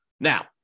Now